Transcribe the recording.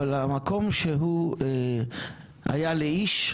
אבל המקום שהוא היה לאיש,